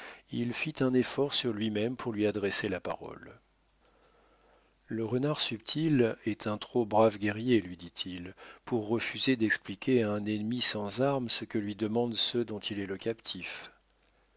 il fit un effort sur luimême pour lui adresser la parole le renard subtil est un trop brave guerrier lui dit-il pour refuser d'expliquer à un ennemi sans armes ce que lui demandent ceux dont il est le captif